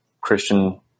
Christian